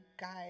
guys